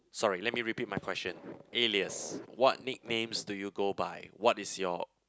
sorry let me repeat my question Alias what nicknames do you go by what is your